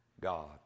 God